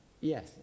Yes